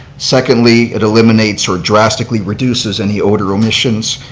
secondly, it eliminates or drastically reduces any odor emissions,